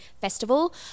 Festival